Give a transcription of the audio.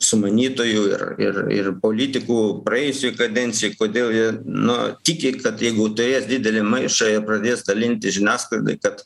sumanytojų ir ir ir politikų praėjusioj kadencijoj kodėl jie no tiki kad jeigu turės didelį maišą jie pradės dalinti žiniasklaidai kad